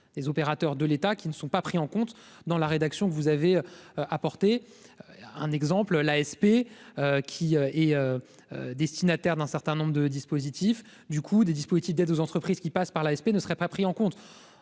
les opérateurs de l'État qui ne sont pas pris en compte dans la rédaction, que vous avez apporté un exemple l'ASP qui est destinataire d'un certain nombre de dispositifs du coup des dispositifs d'aide aux entreprises qui passent par l'AFP, ne serait pas pris en compte,